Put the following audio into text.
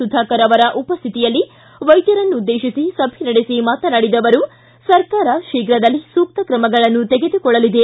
ಸುಧಾಕರ್ ಅವರ ಉಪಸ್ವಿತಿಯಲ್ಲಿ ವೈದ್ಯರನ್ನು ಉದ್ದೇಶಿಸಿ ಸಭೆ ನಡೆಸಿ ಮಾತನಾಡಿದ ಅವರು ಸರ್ಕಾರ ಶೀಘದಲ್ಲೇ ಸೂಕ್ತ ಕ್ರಮಗಳನ್ನು ತೆಗೆದುಕೊಳ್ಳಲಿದೆ